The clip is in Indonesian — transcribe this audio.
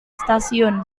stasiun